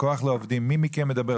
כוח לעובדים, מי מכם מדבר?